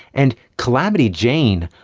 and calamity jane.